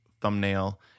thumbnail